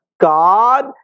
God